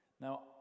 Now